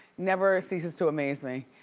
never ceases to amaze me.